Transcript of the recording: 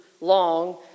long